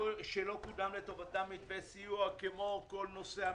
שלא קודם לטובתם היקפי סיוע כמו כל נושא המלונות,